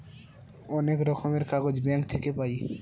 অনেক রকমের কাগজ ব্যাঙ্ক থাকে পাই